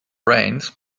rains